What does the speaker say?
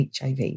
HIV